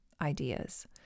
ideas